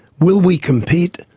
will we compete?